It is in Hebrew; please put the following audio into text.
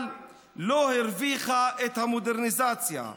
אבל לא הרוויחה את המודרניזציה,